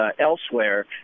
elsewhere